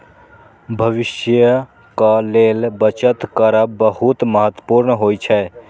भविष्यक लेल बचत करब बहुत महत्वपूर्ण होइ छै